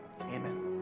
amen